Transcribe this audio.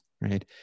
right